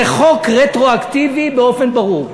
זה חוק רטרואקטיבי באופן ברור.